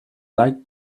like